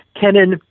Kennan